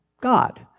God